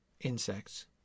Insects